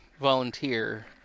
volunteer